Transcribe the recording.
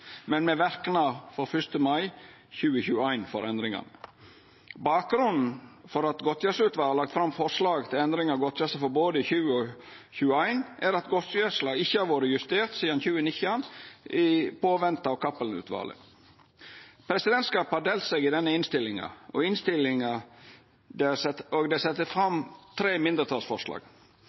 men med verknad frå 1. mai 2021 for endringane. Bakgrunnen for at godtgjersleutvalet har lagt fram forslag til endring av godtgjersla for både 2020 og 2021, er at godtgjersla ikkje har vore justert sidan 2019, medan ein har venta på Cappelen-utvalet. Presidentskapet har delt seg i denne innstillinga, og det er sett fram tre mindretalsforslag.